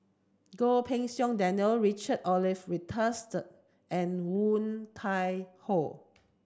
Goh Pei Siong Daniel Richard Olaf Winstedt and Woon Tai Ho